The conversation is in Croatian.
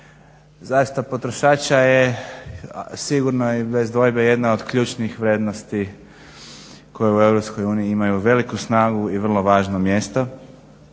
Zaštita potrošača je sigurno i bez dvojbe jedna od ključnih vrijednosti koje u EU imaju veliku snagu i vrlo važno mjesto